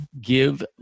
give